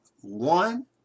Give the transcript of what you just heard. one